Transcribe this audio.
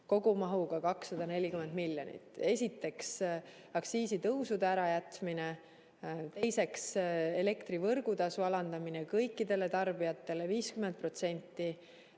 kogumahuga 240 miljonit. Esiteks, aktsiisitõusude ärajätmine. Teiseks, elektri võrgutasu alandamine kõikidele tarbijatele 50%.